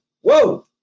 Whoa